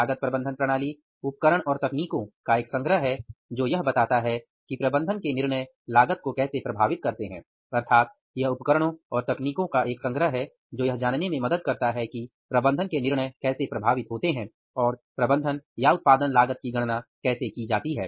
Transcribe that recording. लागत प्रबंधन प्रणाली उपकरण और तकनीकों का एक संग्रह है जो यह बताता है कि प्रबंधन के निर्णय लागत को कैसे प्रभावित करते हैं अर्थात यह उपकरणों और तकनीकों का एक संग्रह है जो यह जानने में मदद करता है कि प्रबंधन के निर्णय कैसे प्रभावित होते हैं और प्रबंधन या उत्पादन लागत की गणना कैसे की जाती है